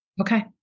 Okay